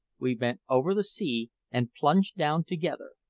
we bent over the sea and plunged down together,